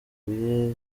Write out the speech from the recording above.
niyo